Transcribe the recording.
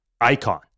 icon